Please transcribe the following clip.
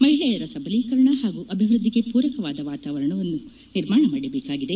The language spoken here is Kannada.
ಮಹಿಳೆಯರ ಸಬಲೀಕರಣ ಹಾಗೂ ಅಭಿವ್ವದ್ಲಿಗೆ ಪೂರಕವಾದ ವಾತಾವರಣವನ್ನು ನಿರ್ಮಾಣ ಮಾಡಬೇಕಾಗಿದೆ